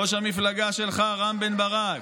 ראש המפלגה שלך, רם בן ברק,